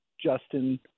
Justin